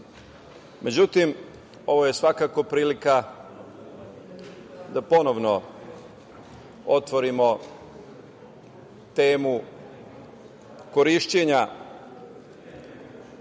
funkcija.Međutim, ovo je svakako prilika da ponovo otvorimo temu korišćenja